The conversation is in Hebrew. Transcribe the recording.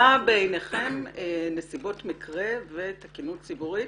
מה בעיניכם נסיבות מקרה ותקינות ציבורית